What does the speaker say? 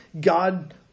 God